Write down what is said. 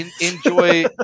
enjoy